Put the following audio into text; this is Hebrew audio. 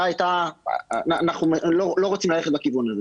אנחנו לא רוצים ללכת בכיוון הזה,